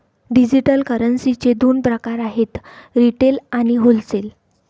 digital करन्सीचे दोन प्रकार आहेत रिटेल आणि होलसेल